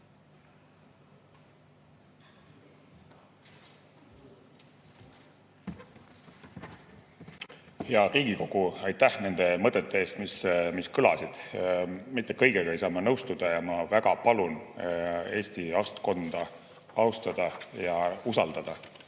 Hea Riigikogu, aitäh nende mõtete eest, mis kõlasid! Mitte kõigega ei saa ma nõustuda ja ma väga palun Eesti arstkonda austada ja usaldada.